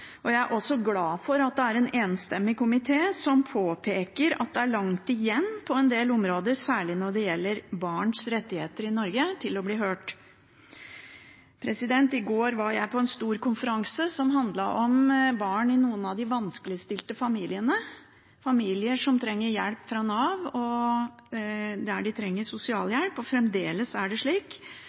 Jeg er også glad for at det er en enstemmig komité som påpeker at det er langt igjen på en del områder, særlig når det gjelder barns rettigheter til å bli hørt i Norge. I går var jeg på en stor konferanse som handlet om barn i noen vanskeligstilte familier – familier som trenger hjelp fra Nav, og som trenger sosialhjelp. Fremdeles er det slik